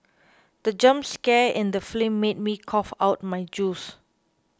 the jump scare in the film made me cough out my juice